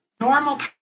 normal